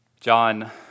John